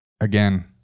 again